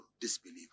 disbeliever